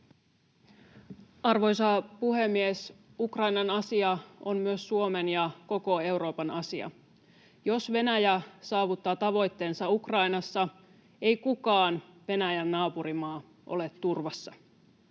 Arvoisa puhemies! Ukrainan asia on myös Suomen ja koko Euroopan asia. Jos Venäjä saavuttaa tavoitteensa Ukrainassa, ei kukaan Venäjän naapurimaa ole turvassa.